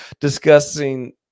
discussing